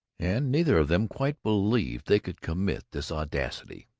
and neither of them quite believed they could commit this audacity.